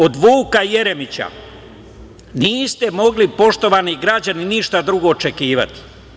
Od Vuka Jeremića niste mogli, poštovani građani, ništa drugo očekivati.